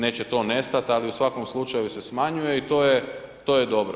Neće to nestati, ali u svakom slučaju se smanjuje i to je dobro.